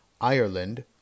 Ireland